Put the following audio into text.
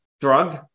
drug